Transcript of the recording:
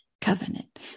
covenant